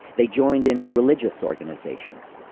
they joined in religious organizations.